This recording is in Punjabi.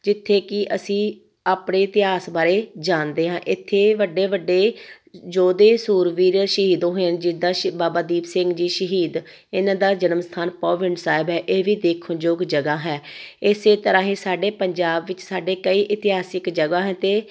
ਜਿੱਥੇ ਕਿ ਅਸੀਂ ਆਪਣੇ ਇਤਿਹਾਸ ਬਾਰੇ ਜਾਣਦੇ ਹਾਂ ਇੱਥੇ ਵੱਡੇ ਵੱਡੇ ਯੋਧੇ ਸੂਰਵੀਰ ਸ਼ਹੀਦ ਹੋਏ ਹਨ ਜਿੱਦਾਂ ਸ਼ ਬਾਬਾ ਦੀਪ ਸਿੰਘ ਜੀ ਸ਼ਹੀਦ ਇਹਨਾਂ ਦਾ ਜਨਮ ਸਥਾਨ ਪਹੁਵਿੰਡ ਸਾਹਿਬ ਹੈ ਇਹ ਵੀ ਦੇਖਣ ਯੋਗ ਜਗ੍ਹਾ ਹੈ ਇਸੇ ਤਰ੍ਹਾਂ ਹੀ ਸਾਡੇ ਪੰਜਾਬ ਵਿੱਚ ਸਾਡੇ ਕਈ ਇਤਿਹਾਸਿਕ ਜਗ੍ਹਾ ਹੈ ਅਤੇ